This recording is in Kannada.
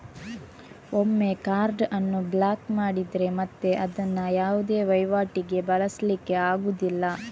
ಒಮ್ಮೆ ಕಾರ್ಡ್ ಅನ್ನು ಬ್ಲಾಕ್ ಮಾಡಿದ್ರೆ ಮತ್ತೆ ಅದನ್ನ ಯಾವುದೇ ವೈವಾಟಿಗೆ ಬಳಸ್ಲಿಕ್ಕೆ ಆಗುದಿಲ್ಲ